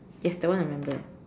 yes that one I remember